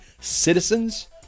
citizens